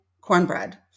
cornbread